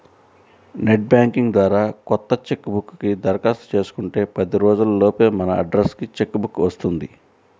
net banking ద్వారా కొత్త cheque book కి దరఖాస్తు చేసుకుంటే పది రోజుల లోపే మన అడ్రస్ కి చెక్ బుక్ వస్తుంది